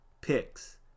picks